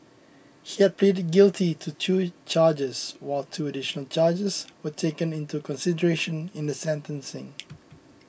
he had pleaded guilty to two charges while two additional charges were taken into consideration in the sentencing